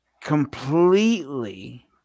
completely